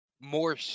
more